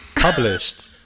Published